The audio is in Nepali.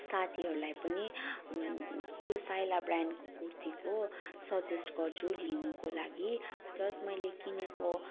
साथीहरूलाई पनि त्यो साइला ब्रान्डको कुर्तीको सजेस्ट गर्छु लिनुको लागि प्लस मैले किनेको